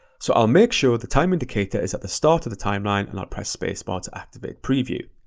so i'll make sure the time indicator is at the start of the timeline and i'll press space bar to activate preview.